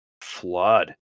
flood